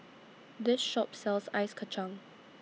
This Shop sells Ice Kacang